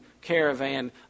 caravan